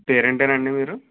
పేరెంటేనా అండి మీరు